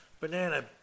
banana